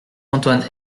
antoine